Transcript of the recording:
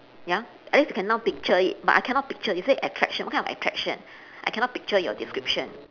ya at least you can now picture it but I cannot picture you say attraction what kind of attraction I cannot picture your description